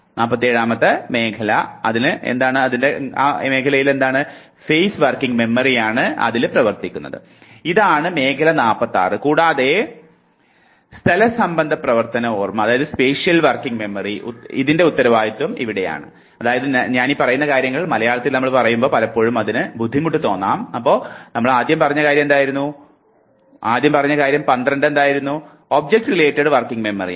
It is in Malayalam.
ഇതാണ് മേഖല 46 കൂടാതെ സ്ഥലസംബന്ധ പ്രവർത്തന ഓർമ്മയുടെ ഉത്തരവാദിത്വം ഇതിനാണ്